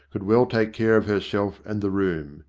could well take care of herself and the room,